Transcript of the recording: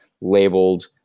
labeled